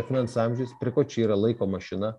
akmens amžius prie ko čia yra laiko mašina